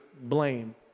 blame